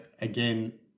again